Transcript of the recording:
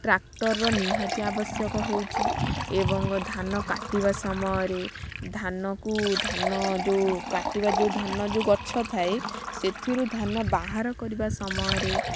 ଟ୍ରାକ୍ଟରର ନିହାତି ଆବଶ୍ୟକ ହେଉଛି ଏବଂ ଧାନ କାଟିବା ସମୟରେ ଧାନକୁ ଧାନ ଯେଉଁ କାଟିବା ଯେଉଁ ଧାନ ଯେଉଁ ଗଛ ଥାଏ ସେଥିରୁ ଧାନ ବାହାର କରିବା ସମୟରେ